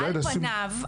על פניו,